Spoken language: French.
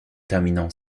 terminant